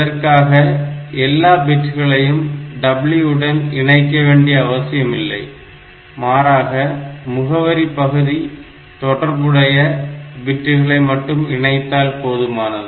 இதற்காக எல்லா பிட்களையும் W உடன் இணைக்க வேண்டிய அவசியமில்லை மாறாக முகவரி பகுதி தொடர்புடைய பிட்டுகளை மட்டும் இணைத்தால் போதுமானது